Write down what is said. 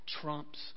trumps